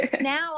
now